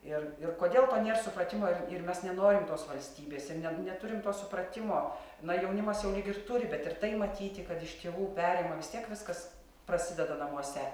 ir ir kodėl to nėr supratimo ir ir mes nenorim tos valstybės ir ne neturim to supratimo na jaunimas jau lyg ir turi bet ir tai matyti kad iš tėvų perima vis tiek viskas prasideda namuose